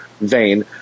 vein